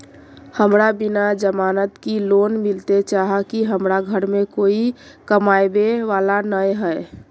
हमरा बिना जमानत के लोन मिलते चाँह की हमरा घर में कोई कमाबये वाला नय है?